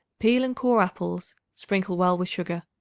peel and core apples sprinkle well with sugar.